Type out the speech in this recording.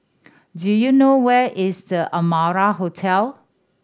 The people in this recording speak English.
do you know where is The Amara Hotel